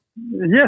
Yes